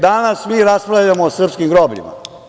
Danas mi raspravljamo o srpskim grobljima.